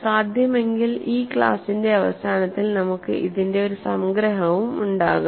സാധ്യമെങ്കിൽ ഈ ക്ലാസിന്റെ അവസാനത്തിൽ നമുക്ക് ഇതിന്റെ ഒരു സംഗ്രഹവും ഉണ്ടാകും